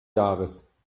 jahres